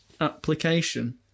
application